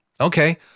Okay